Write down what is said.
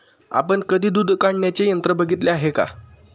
आपण कधी दूध काढण्याचे यंत्र बघितले आहे का?